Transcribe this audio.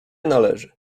należy